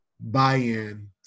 Buy-in